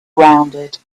rounded